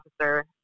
officer